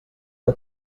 que